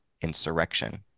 insurrection